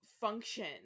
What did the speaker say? function